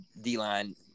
d-line